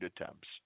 attempts